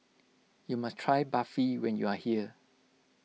you must try Barfi when you are here